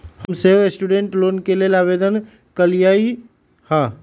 हम सेहो student loan के लेल आवेदन कलियइ ह